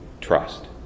trust